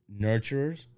nurturers